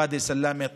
תישאר 12%; ואדי סלאמה,